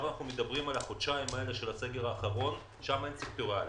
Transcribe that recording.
אנחנו מדברים עכשיו על החודשיים של הסגר האחרון ושם אין סקטוריאלי.